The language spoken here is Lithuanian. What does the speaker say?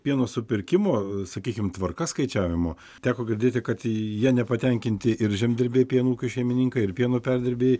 pieno supirkimo sakykim tvarka skaičiavimo teko girdėti kad ja nepatenkinti ir žemdirbiai pieno ūkių šeimininkai ir pieno perdirbėjai